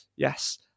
Yes